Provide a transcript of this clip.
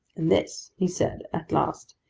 and this he said, at last,